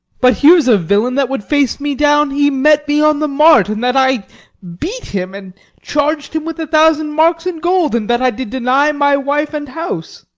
but here's a villain that would face me down he met me on the mart, and that i beat him, and charg'd him with a thousand marks in gold, and that i did deny my wife and house.